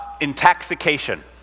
intoxication